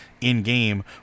in-game